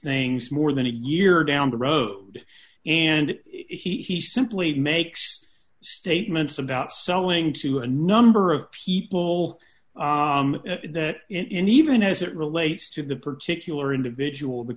things more than a year down the road and he simply makes statements about selling to a number of people that in even as it relates to the particular individual the